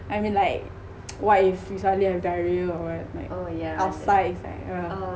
I mean like what if you suddenly ada diarrhoea or what like outside yeah